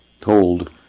told